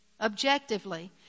Objectively